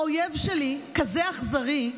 האויב שלי כזה אכזרי,